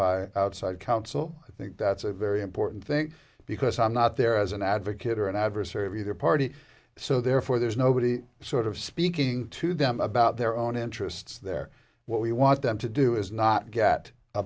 by outside counsel i think that's a very important thing because i'm not there as an advocate or an adversary of either party so therefore there's nobody sort of speaking to them about their own interests they're what we want them to do is not get a